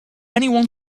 anyone